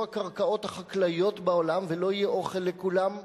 הקרקעות החקלאיות בעולם ולא יהיה אוכל לכולם.